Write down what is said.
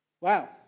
Wow